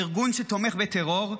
ארגון שתומך בטרור,